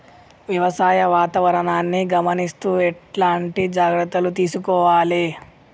వ్యవసాయ వాతావరణాన్ని గమనిస్తూ ఎట్లాంటి జాగ్రత్తలు తీసుకోవాలే?